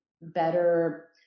better